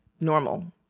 normal